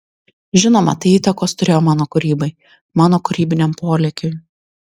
žinoma tai įtakos turėjo mano kūrybai mano kūrybiniam polėkiui